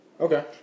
Okay